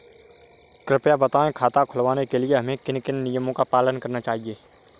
कृपया बताएँ खाता खुलवाने के लिए हमें किन किन नियमों का पालन करना चाहिए?